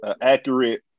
accurate